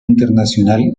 internacional